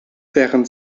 während